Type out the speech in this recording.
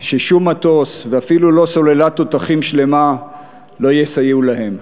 ששום מטוס ואפילו לא סוללת תותחים שלמה לא יסייעו להם.